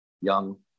young